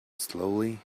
slowly